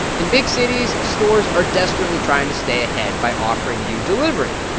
in big cities, stores are desperately trying to stay ahead by offering you delivery.